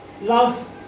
Love